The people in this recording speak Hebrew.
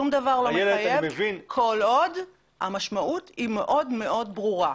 כל עוד המשמעות היא מאוד ברורה,